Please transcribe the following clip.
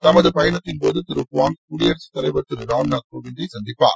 தமது பயணத்தின்போது திரு குவாங் குடியரசுத்தலைவர் திரு ராம்நாத்கோவிந்தை சந்திப்பார்